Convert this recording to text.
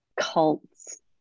Cults